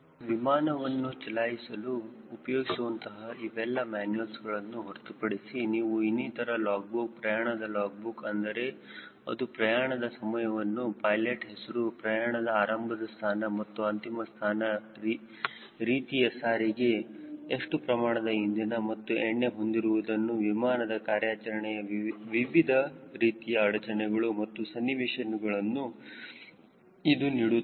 ವಿಮಾನವನ್ನು ಚಲಾಯಿಸಲು ಉಪಯೋಗಿಸುವಂತಹ ಇವೆಲ್ಲಾ ಮ್ಯಾನುಯೆಲ್ಗಳನ್ನು ಹೊರತುಪಡಿಸಿ ನಾವು ಇನ್ನಿತರೆ ಲಾಗ್ ಬುಕ್ ಪ್ರಯಾಣದ ಲಾಗ್ ಬುಕ್ ಅಂದರೆ ಅದು ಪ್ರಯಾಣದ ಸಮಯವನ್ನು ಪೈಲೆಟ್ ಹೆಸರು ಪ್ರಯಾಣದ ಆರಂಭದ ಸ್ಥಾನ ಮತ್ತು ಅಂತಿಮ ಸ್ಥಾನ ರೀತಿಯ ಸಾರಿಗೆ ಎಷ್ಟು ಪ್ರಮಾಣದ ಇಂಧನ ಮತ್ತು ಎಣ್ಣೆ ಹೊಂದಿರುವುದನ್ನು ವಿಮಾನದ ಕಾರ್ಯಾಚರಣೆಯಲ್ಲಿ ವಿವಿಧ ರೀತಿಯ ಅಡಚಣೆಗಳು ಮತ್ತು ಸನ್ನಿವೇಶಗಳು ಇರುವುದನ್ನು ಇದು ನೀಡುತ್ತದೆ